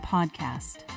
Podcast